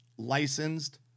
licensed